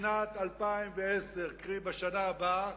בשנת 2010, קרי בשנה הבאה,